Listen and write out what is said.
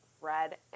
red